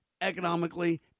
economically